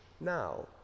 now